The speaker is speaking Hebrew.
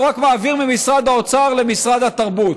הוא רק מעביר ממשרד האוצר למשרד התרבות.